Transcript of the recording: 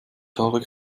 tarek